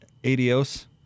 adios